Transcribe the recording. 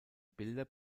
bilder